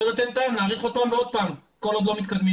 אחרת אין טעם להאריך עוד פעם ועוד פעם כל עוד לא מתקדמים.